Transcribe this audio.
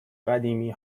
قدیمی